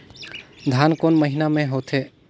धान कोन महीना मे होथे?